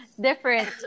different